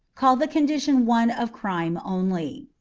call the condition one of crime only.